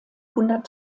hundert